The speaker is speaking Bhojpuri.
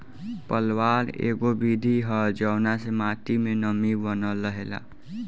पलवार एगो विधि ह जवना से माटी मे नमी बनल रहेला